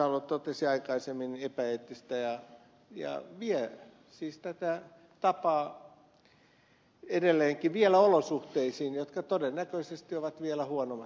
salo totesi aikaisemmin epäeettistä ja vie tätä tapaa edelleenkin olosuhteisiin jotka todennäköisesti ovat vielä huonommat kuin suomessa